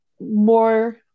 more